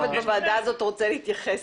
בוועדה הזאת רוצה להתייחס,